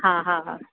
हा हा हा